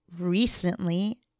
Recently